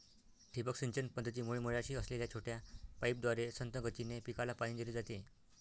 ठिबक सिंचन पद्धतीमध्ये मुळाशी असलेल्या छोट्या पाईपद्वारे संथ गतीने पिकाला पाणी दिले जाते